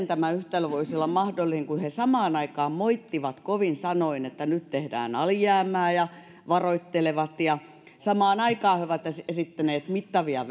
tämä yhtälö voisi olla mahdollinen he samaan aikaan moittivat kovin sanoin että nyt tehdään alijäämää ja varoittelevat ja samaan aikaan he ovat esittäneet mittavia